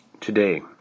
today